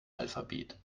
alphabet